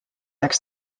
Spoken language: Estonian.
läks